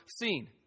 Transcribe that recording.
seen